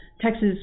Texas